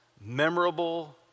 memorable